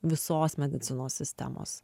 visos medicinos sistemos